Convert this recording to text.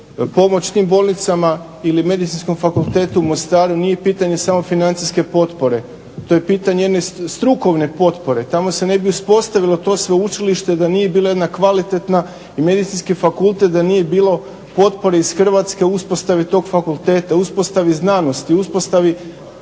Pomoć tim bolnicama ili Medicinskom fakultetu u Mostaru nije samo pitanje financijske potpore, to je pitanje jedne strukovne potpore. Tamo se ne bi uspostavilo to sveučilište da nije bila jedna kvalitetna i da medicinski fakultet da nije bilo potpore iz Hrvatske uspostavi tog fakulteta, uspostavi znanosti, uspostavi